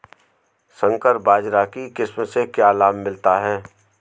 संकर बाजरा की किस्म से क्या लाभ मिलता है?